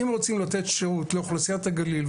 אם רוצים לתת שירות לאוכלוסיית הגליל,